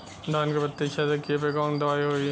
धान के पत्ती छेदक कियेपे कवन दवाई होई?